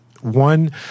one